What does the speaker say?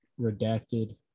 Redacted